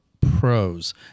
pros